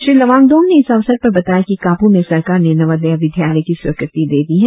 श्री लोवांगडोंग ने इस अवसर पर बताया कि कापू में सरकार ने नवोदया विद्यालय की स्वीकृति दे दी है